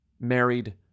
married